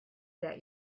that